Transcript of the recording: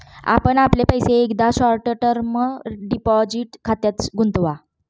आपण आपले पैसे एकदा शॉर्ट टर्म डिपॉझिट खात्यात गुंतवा